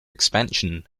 expansion